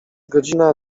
godzina